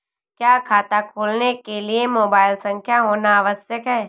क्या खाता खोलने के लिए मोबाइल संख्या होना आवश्यक है?